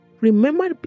remember